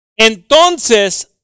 Entonces